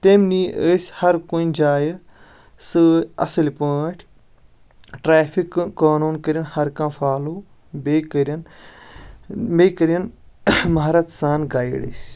تٔمۍ نِیہِ أسۍ ہر کُنہِ جایہِ سٲ اصٕل پٲٹھۍ ٹریفک قونوٗن کٔرِنۍ ہر کانٛہہ فالو بیٚیہِ کٔرِنۍ بیٚیہِ کٔرِنۍ مہارت سان گایڈ أسۍ